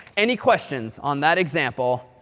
any questions on that example